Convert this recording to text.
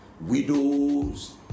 widows